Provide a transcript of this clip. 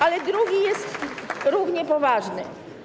Ale drugi jest równie poważny.